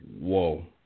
Whoa